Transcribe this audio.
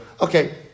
Okay